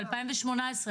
ב-2018,